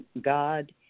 God